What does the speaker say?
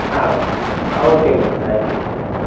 ah ah okay madam thank you madam okay